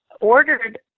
ordered